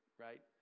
right